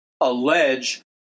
allege